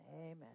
amen